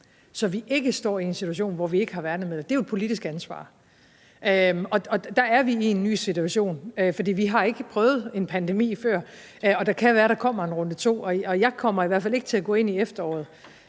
så vi ikke står i en situation, hvor vi ikke har værnemidler, er jo et politisk ansvar. Der er vi i en ny situation, for vi har ikke prøvet at have en pandemi før, og det kan være, der kommer en runde to. Jeg kommer i hvert fald ikke til at gå ind i efteråret